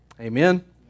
Amen